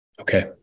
Okay